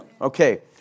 Okay